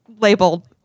labeled